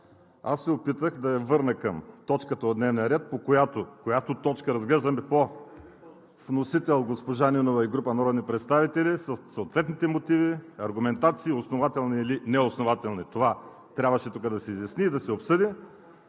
Опитах се да я върна към точката от дневния ред, която разглеждаме, с вносител госпожа Нинова и група народни представители, със съответните мотиви, аргументации – основателни или неоснователни. Това трябваше тук да се изясни и обсъди,